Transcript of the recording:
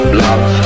love